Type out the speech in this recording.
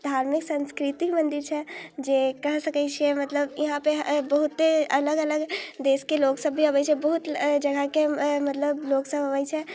धार्मिक साँस्कृतिक मन्दिर छै जे कहि सकै छिए मतलब इहाँपर बहुते अलग अलग देसके लोकसब भी अबै छै बहुत एँ जेना कि मतलब लोकसब अबै छै